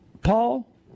Paul